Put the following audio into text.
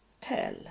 tell